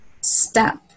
step